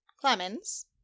Clemens